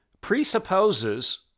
presupposes